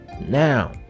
now